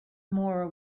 more